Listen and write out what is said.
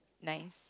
nice